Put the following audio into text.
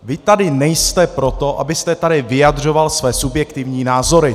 Vy tady nejste proto, abyste tady vyjadřoval své subjektivní názory!